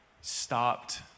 stopped